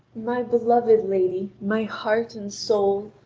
my beloved lady, my heart and soul,